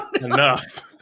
enough